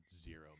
zero